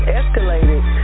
escalated